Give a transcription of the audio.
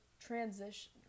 transition